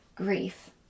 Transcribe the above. Grief